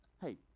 hey